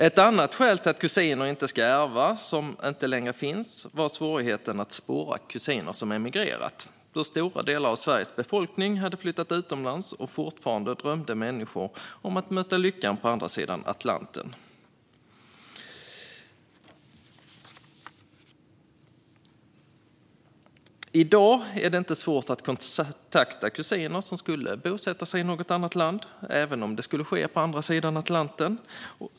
Ett annat skäl till att kusiner inte ska ärva, som inte längre finns, var svårigheten att spåra kusiner som emigrerat, då stora delar av Sveriges befolkning hade flyttat utomlands och människor fortfarande drömde om att möta lyckan på andra sidan Atlanten. I dag är det inte svårt att kontakta kusiner som bosatt sig i något annat land, även om det är på andra sidan Atlanten.